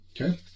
Okay